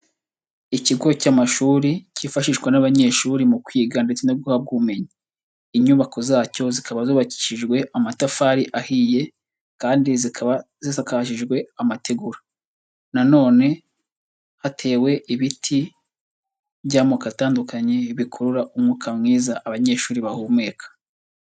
Ikigo cy'amashuri cyifashishwa n'abanyeshuri mu kwiga ndetse no guhabwa ubumenyi. Inyubako zacyo zikaba zubabakijwe amatafari ahiye kandi zikaba zakajijwe amategura. Na none hatewe ibiti by'amoko atandukanye bikurura umwuka mwiza abanyeshuri bahumeka.